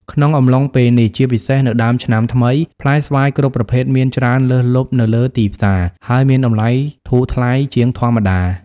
ក្នុងអំឡុងពេលនេះ ជាពិសេសនៅដើមឆ្នាំថ្មី ផ្លែស្វាយគ្រប់ប្រភេទមានច្រើនលើសលប់នៅលើទីផ្សារ ហើយមានតម្លៃធូរថ្លៃជាងធម្មតា។